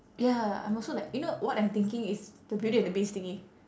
ya I'm also like you know what I'm thinking is the beauty and the beast thingy